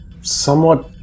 somewhat